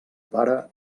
pare